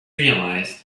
realized